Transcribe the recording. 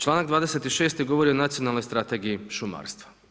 Članak 26. govori o nacionalnoj strategiji šumarstva.